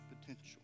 potential